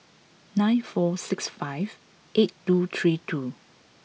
nine four six five eight two three two